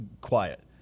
quiet